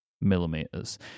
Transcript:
millimeters